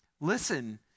listen